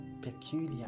peculiar